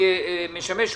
נשאלת השאלה